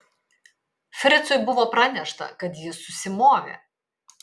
fricui buvo pranešta kad jis susimovė